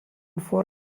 for